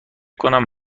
کنم